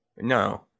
No